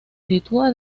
sitúa